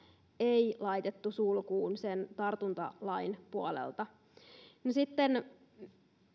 ei laitettu sulkuun sen tartuntalain puolelta no sitten